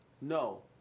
no